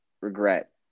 regret